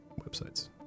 websites